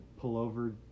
pullover